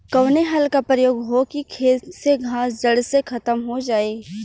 कवने हल क प्रयोग हो कि खेत से घास जड़ से खतम हो जाए?